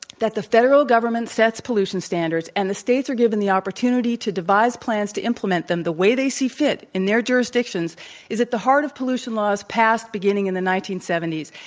that the federal government sets pollution standards and the states are given the opportunity to devise plans to implement them the way they see fit in their jurisdictions is at the heart of pollution laws passed beginning in the nineteen seventy s,